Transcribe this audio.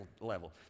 level